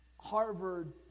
Harvard